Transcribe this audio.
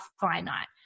finite